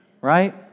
Right